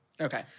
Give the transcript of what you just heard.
okay